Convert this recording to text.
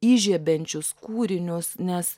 įžiebiančius kūrinius nes